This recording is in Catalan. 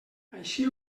així